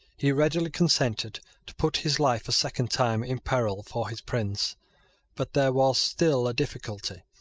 he readily consented to put his life a second time in peril for his prince but there was still a difficulty.